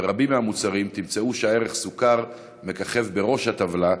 ברבים מהמוצרים תמצאו שהערך סוכר מככב בראש הטבלה,